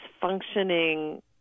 functioning